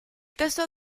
testo